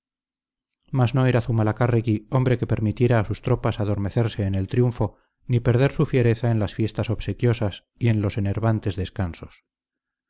mas no era zumalacárregui hombre que permitiera a sus tropas adormecerse en el triunfo ni perder su fiereza en las fiestas obsequiosas y en los enervantes descansos